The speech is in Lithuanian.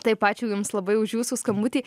taip ačiū jums labai už jūsų skambutį